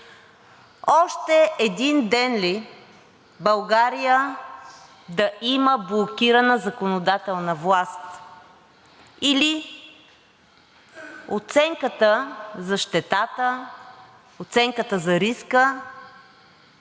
Още един ден ли България да има блокирана законодателна власт, или оценката за щетата, оценката за риска,